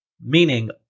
meaning